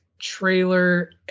trailer